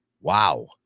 Wow